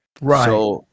Right